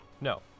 no